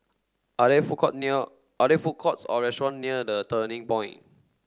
are there food court near are there food courts or restaurant near The Turning Point